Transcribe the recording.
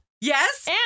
Yes